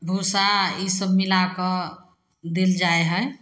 भूसा ई सब मिला कऽ देल जाइ हइ